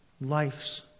life's